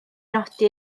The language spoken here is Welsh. nodi